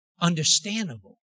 understandable